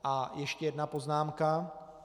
A ještě jedna poznámka.